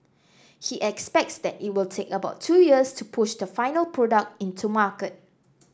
he expects that it will take about two years to push the final product into market